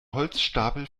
holzstapel